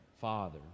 Father